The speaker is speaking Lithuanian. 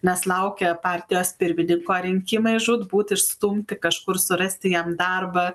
nes laukia partijos pirmininko rinkimai žūtbūt išstumti kažkur surasti jam darbą